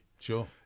Sure